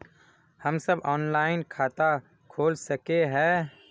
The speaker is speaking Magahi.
हम सब ऑनलाइन खाता खोल सके है?